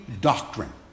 doctrine